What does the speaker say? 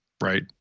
Right